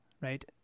right